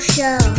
Show